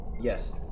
Yes